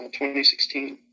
2016